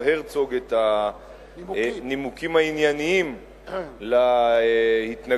הרצוג את הנימוקים הענייניים להתנגדות.